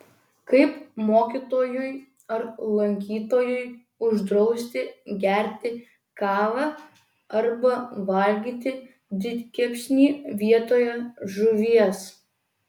kaip mokytojui ar lankytojui uždrausi gerti kavą arba valgyti didkepsnį vietoje žuvies